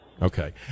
Okay